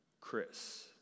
Chris